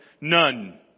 None